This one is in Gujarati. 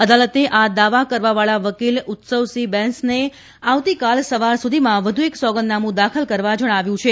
અદાલતે આ દાવા કરવાવાળા વકીલ ઉત્સવસિંહ બૈંસને આવતીકાલ સવાર સુધીમાં વ્ધુ એક સોંગદનામું દાખલ કરવા જણાવ્યું છે